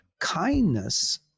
kindness